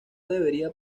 debería